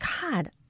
god